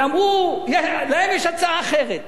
ואמרו, להם יש אחרת.